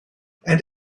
and